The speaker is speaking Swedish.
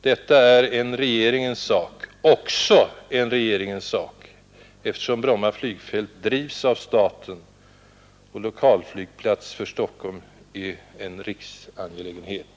Detta är också en regeringens sak, eftersom Bromma flygfält drivs av staten och eftersom en lokalflygplats för Stockholm är en riksangelägenhet.